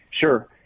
Sure